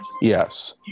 Yes